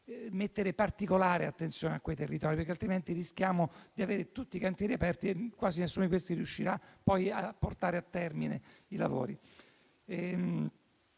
porre particolare attenzione a quei territori perché altrimenti rischiamo di avere tanti cantieri aperti, ma quasi nessuno di essi riuscirà poi a portare a termine i lavori.